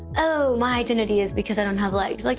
oh, my identity is because i don't have legs. like